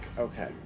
Okay